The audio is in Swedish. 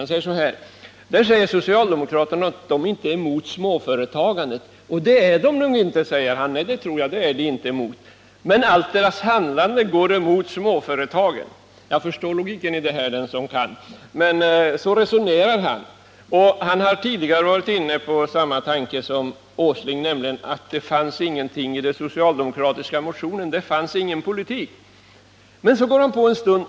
Han säger nämligen att socialdemokraterna förklarar att de inte är emot småföretagandet — vilket han inte heller tror — men att allt deras handlande går emot småföretagen. Förstå logiken i det resonemanget, den som det kan! Men så resonerar Erik Hovhammar. Erik Hovhammar har tidigare varit inne på samma tanke som Nils Åsling, nämligen att det inte finns någon politik i den socialdemokratiska motionen. Och så går han på en stund.